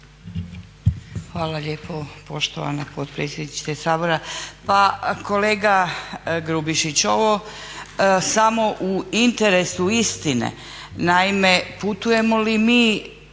Hvala lijepo poštovana potpredsjednice Sabora. Pa kolega Grubišić, ovo samo u interesu istine. Naime, putujemo samo